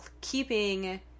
keeping